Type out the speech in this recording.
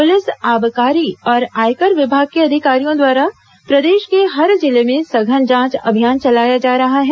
police आबकारी और आयकर विभाग के अधिकारियों द्वारा प्रदेश के हर जिले में सघन जांच अभियान चलाया जा रहा है